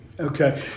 Okay